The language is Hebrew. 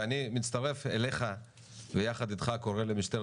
ואני מצטרף אליך ויחד איתך קורא למשטרת